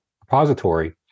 repository